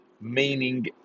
meaning